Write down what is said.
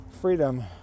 freedom